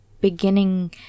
beginning